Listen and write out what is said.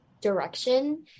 direction